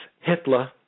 Hitler